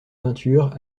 peinture